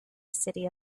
city